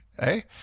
Hey